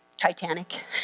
titanic